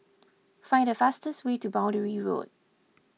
find the fastest way to Boundary Road